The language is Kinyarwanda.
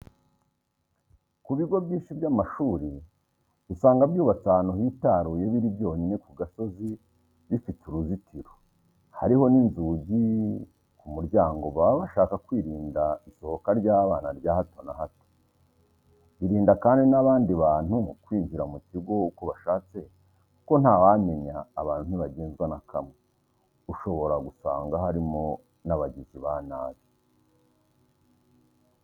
Ku bigo byinshi by'amashuri, usanga byubatse ahantu hitaruye biri byonyine ku gasozi bifite uruzitiro. Hariho n'inzugi ku muryango baba bashaka kwirinda isohoka ry'abana rya hato na hato. Birinda kandi n'abandi bantu kwinjira mu kigo uko bashatse kuko ntawamenya abantu ntibagenzwa na kamwe, ushobora gusanga harimo n'abagizi ba nabi.